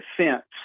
defense